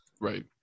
Right